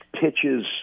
pitches